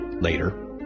Later